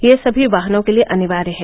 यह सभी वाहनों के लिए अनिवार्य है